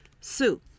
sue